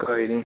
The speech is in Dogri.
कोई निं